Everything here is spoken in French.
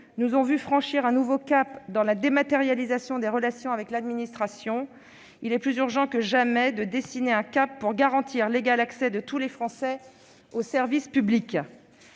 nous ont fait franchir un nouveau palier dans la dématérialisation des relations avec l'administration, il est plus urgent que jamais de dessiner un cap pour garantir l'égal accès de tous les Français au service public.